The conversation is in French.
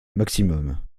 maximum